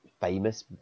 famous